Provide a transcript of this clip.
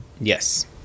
Yes